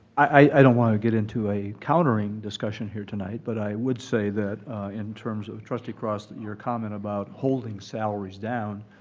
i i don't want to get into a countering discussion here tonight, but i would say that in terms of trustee cross, your comment about holding salaries down,